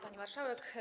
Pani Marszałek!